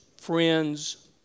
friends